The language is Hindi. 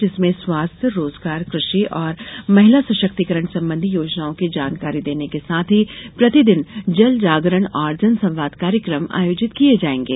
जिसमें स्वास्थ्य रोजगार कृषि और महिला सशक्तिकरण संबंधी योजनाओं की जानकारी देने के साथ ही प्रतिदिन जल जागरण और जनसंवाद कार्यक्रम आयोजित किये जायेंगे